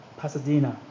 Pasadena